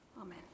Amen